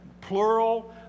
plural